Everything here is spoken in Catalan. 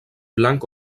blanc